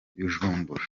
bujumbura